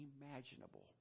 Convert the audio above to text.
imaginable